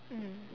mm